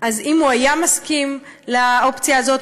אם הוא היה מסכים לאופציה הזאת,